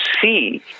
see